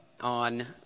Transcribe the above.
on